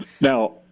Now